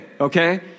Okay